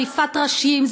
זה עריפת ראשים,